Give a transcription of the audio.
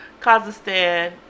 Kazakhstan